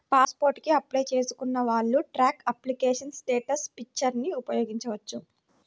pass port కి apply చేసుకున్న వాళ్ళు ట్రాక్ అప్లికేషన్ స్టేటస్ ఫీచర్ని ఉపయోగించవచ్చు